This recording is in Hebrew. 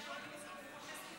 כבוד היושב-ראש, חבריי חברי הכנסת,